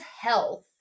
health